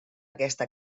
aquesta